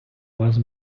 вас